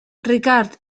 ricard